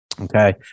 okay